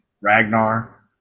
Ragnar